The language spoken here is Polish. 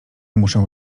muszę